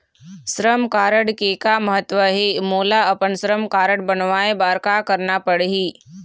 श्रम कारड के का महत्व हे, मोला अपन श्रम कारड बनवाए बार का करना पढ़ही?